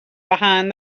behind